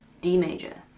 d major.